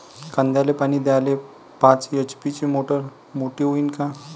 कांद्याले पानी द्याले पाच एच.पी ची मोटार मोटी व्हईन का?